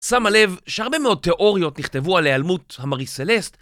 שמה לב שהרבה מאוד תיאוריות נכתבו על להיעלמות המרי סלסט